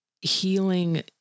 healing